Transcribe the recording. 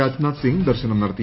രാജ്നാഥ് സിംഗ് ദർശനം നടത്തി